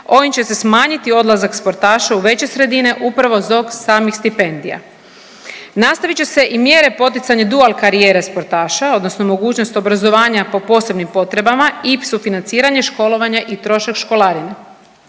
Ovim će se smanjiti odlazak sportaša u veće sredine upravo zbog samih stipendija. Nastavit će se i mjere poticanja dual karijere sportaša odnosno mogućnost obrazovanja po posebnim potrebama i sufinanciranje školovanja i trošak školarine.